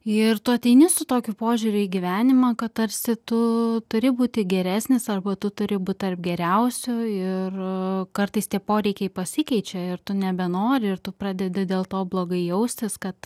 ir tu ateini su tokiu požiūriu į gyvenimą kad tarsi tu turi būti geresnis arba tu turi būt tarp geriausiųjų ir kartais tie poreikiai pasikeičia ir tu nebenori ir tu pradedi dėl to blogai jaustis kad